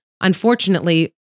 unfortunately